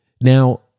Now